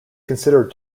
considered